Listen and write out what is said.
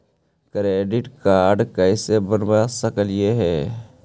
Credit card कैसे बनबा सकली हे?